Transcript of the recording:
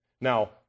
Now